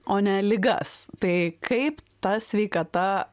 o ne ligas tai kaip ta sveikata